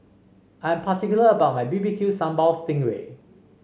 I'm particular about my B B Q Sambal Sting Ray